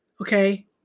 Okay